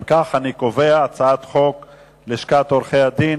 אם כך, אני קובע שהצעת חוק לשכת עורכי-הדין